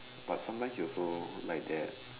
but sometimes you also like that